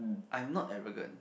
I'm not arrogant